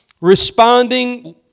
responding